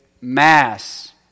mass